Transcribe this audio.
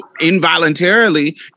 involuntarily